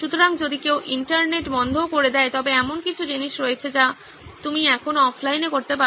সুতরাং যদি কেউ ইন্টারনেট বন্ধ ও করে দেয় তবে এমন কিছু জিনিস রয়েছে যা আপনি এখনও অফলাইনে করতে পারেন